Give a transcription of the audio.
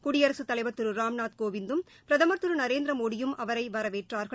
குடியரகத்தலைவர் திரு ராம்நூத் கோவிந்தும் பிரதம் திரு நரேந்திர மோடியும் அவரை வரவேற்றார்கள்